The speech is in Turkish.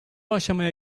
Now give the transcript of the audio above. aşamaya